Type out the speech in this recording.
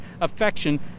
affection